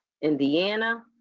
Indiana